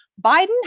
Biden